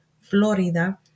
Florida